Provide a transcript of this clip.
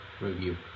review